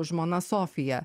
žmona sofija